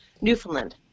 Newfoundland